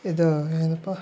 ಇದು ಏನಪ್ಪ